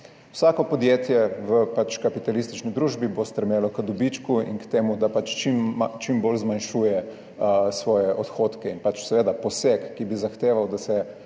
Vsako podjetje v kapitalistični družbi bo stremelo k dobičku in k temu, da pač čim bolj zmanjšuje svoje odhodke in seveda poseg, ki bi zahteval, da se